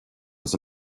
agus